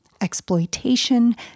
exploitation